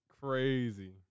crazy